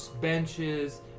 benches